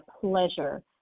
pleasure